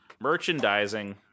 Merchandising